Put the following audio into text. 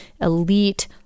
elite